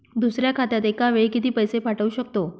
दुसऱ्या खात्यात एका वेळी किती पैसे पाठवू शकतो?